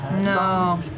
No